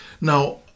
Now